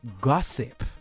gossip